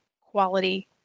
quality